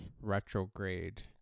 retrograde